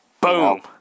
Boom